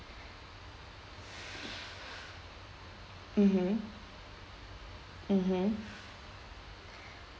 mmhmm mmhmm